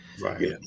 Right